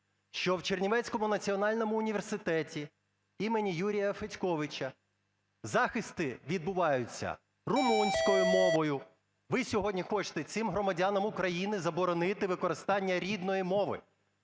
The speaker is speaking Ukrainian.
що в Чернівецькому національному університеті імені Юрія Федьковича, захисти відбуваються румунською мовою. Ви сьогодні хочете цим громадянам України заборонити використання рідної мови.